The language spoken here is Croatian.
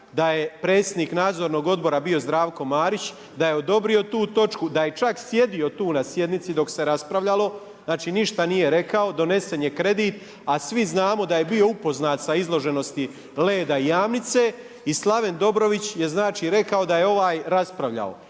da je predsjednik Nadzornog odbora bio Zdravko Marić, da je odobrio tu točku, da je čak sjedio tu na sjednici dok se raspravljalo. Znači ništa nije rekao. Donesen je kredit, a svi znamo da je bio upoznat sa izloženosti Leda i Jamnice i Slaven Dobrović je znači rekao da je ovaj raspravljao.